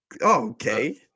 Okay